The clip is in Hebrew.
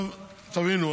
תבינו,